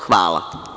Hvala.